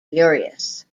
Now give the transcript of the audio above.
furious